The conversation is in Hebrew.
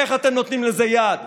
איך אתם נותנים לזה יד?